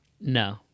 No